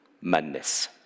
madness